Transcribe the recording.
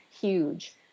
huge